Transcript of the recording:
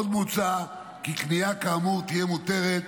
עוד מוצע כי קנייה כאמור תהיה מותרת